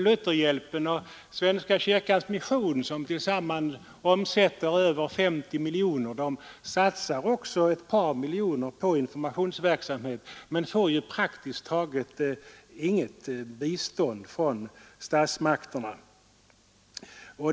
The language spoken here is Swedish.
Lutherhjälpen och svenska kyrkans mission, som tillsammans omsätter över 50 miljoner satsar också ett par miljoner på informationsverksamhet men får praktiskt taget inget bistånd från statsmakterna.